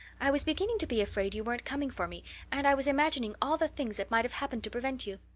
i was beginning to be afraid you weren't coming for me and i was imagining all the things that might have happened to prevent you.